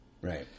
Right